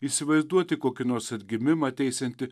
įsivaizduoti kokį nors atgimimą ateisiantį